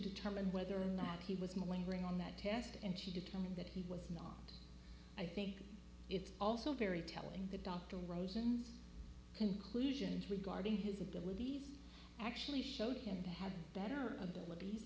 determine whether or not he was moving bring on that test and she determined that he was i think it's also very telling that dr rosen's conclusions regarding his abilities actually showed him to have better abilities